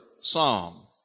psalm